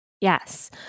Yes